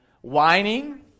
Whining